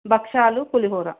భక్షాలు పులిహోర